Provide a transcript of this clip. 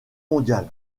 mondial